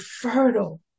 fertile